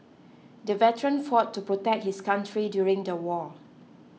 the veteran fought to protect his country during the war